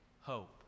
hope